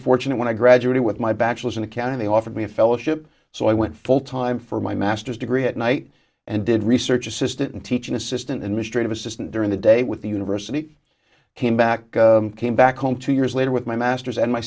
fortunate when i graduated with my bachelor's in accounting they offered me a fellowship so i went full time for my masters degree at night and did research assistant and teaching assistant and mistreated assistant during the day with the university came back came back home two years later with my master's and my